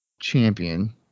champion